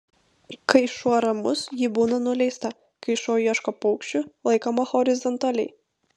kai šuo ramus ji būna nuleista kai šuo ieško paukščių laikoma horizontaliai